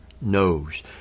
knows